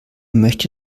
möchte